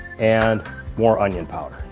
and more onion powder.